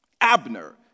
Abner